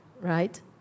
right